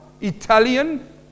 Italian